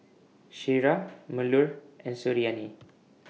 Syirah Melur and Suriani